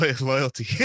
loyalty